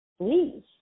please